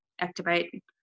activate